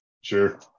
Sure